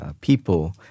people